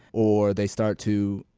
or they start to,